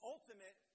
ultimate